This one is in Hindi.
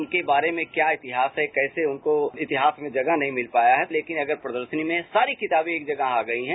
उनके बारे में क्या इतिहास है कैसे उनको इतिहास में जगह नहीं मिल पाया है तेकिन अगर प्रदर्शनी में सारी किताबें एक जगह था गई हैं